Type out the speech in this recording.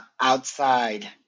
outside